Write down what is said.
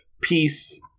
peace